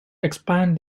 expand